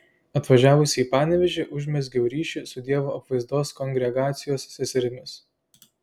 atvažiavusi į panevėžį užmezgiau ryšį su dievo apvaizdos kongregacijos seserimis